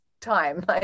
time